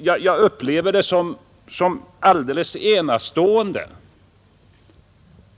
Jag upplever det som alldeles enastående